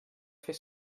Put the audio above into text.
fer